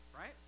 Right